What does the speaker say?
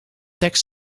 tekst